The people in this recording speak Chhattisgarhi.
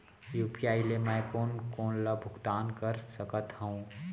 यू.पी.आई ले मैं कोन कोन ला भुगतान कर सकत हओं?